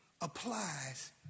applies